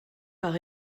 par